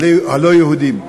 הלא-יהודים,